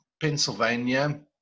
Pennsylvania